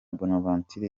bonaventure